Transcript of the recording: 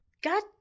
God